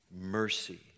mercy